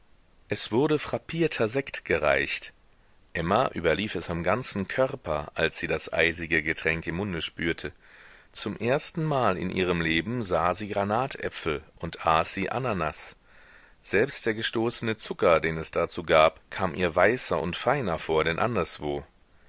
es wurde frappierter sekt gereicht emma überlief es am ganzen körper als sie das eisige getränk im munde spürte zum erstenmal in ihrem leben sah sie granatäpfel und aß sie ananas selbst der gestoßene zucker den es dazu gab kam ihr weißer und feiner vor denn anderswo